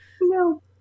No